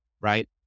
right